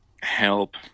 help